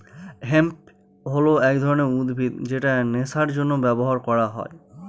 hemp হল এক ধরনের উদ্ভিদ যেটা নেশার জন্য ব্যবহার করা হয়